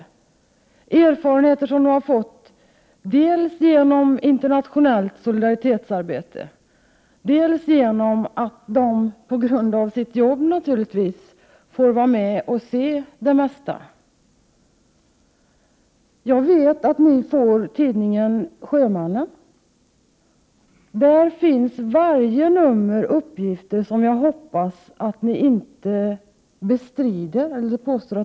Det är erfarenheter som de har fått dels genom internationellt solidaritetsarbete, dels genom att de på grund av sitt arbete naturligtvis får vara med och se det mesta. Jag vet att ni får tidningen Sjömannen. I varje nummer av tidningen finns uppgifter som jag hoppas att ni inte bestrider.